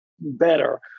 better